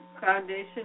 foundation